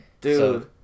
Dude